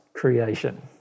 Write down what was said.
creation